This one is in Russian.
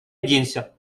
оденься